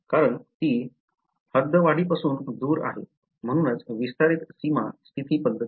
कारण ती हद्दवाढीपासून दूर आहे म्हणूनच विस्तारित सीमा स्थिती पद्धती